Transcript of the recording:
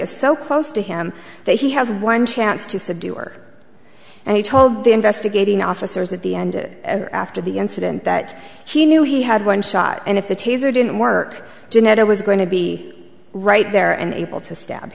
is so close to him that he has one chance to subdue work and he told the investigating officers at the end after the incident that he knew he had one shot and if the taser didn't work janetta was going to be right there and able to st